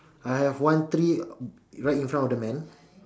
I have one tree right in front of the man